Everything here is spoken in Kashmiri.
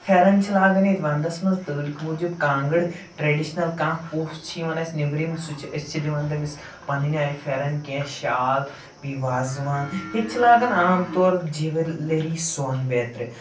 پھٮ۪رَن چھِ لاگَان ییٚتہِ وَندَس منٛز تۭرِ موٗجوٗب کانٛگٕر ٹرٛٮ۪ڈِشنَل کانٛہہ پوٚژھ چھِ یِوان اَسہِ نٮ۪برِم سُہ چھِ أسۍ چھِ دِوان تٔمِس پَنٕنۍ آیہِ پھٮ۪رَن کیٚنٛہہ شال بیٚیہِ وازوان ییٚتہِ چھِ لاگَان عام طور جِولٔری سۄن بیترِ